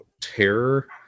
terror